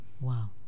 Wow